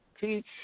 teach